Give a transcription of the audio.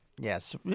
Yes